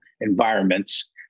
environments